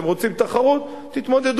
אתם רוצים תחרות?